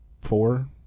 four